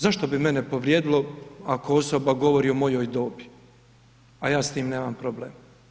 Zašto bi mene povrijedilo ako osoba govori o mojoj dobi, a ja s tim nemam problem?